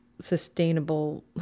sustainable